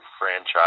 franchise